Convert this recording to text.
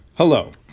Hello